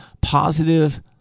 positive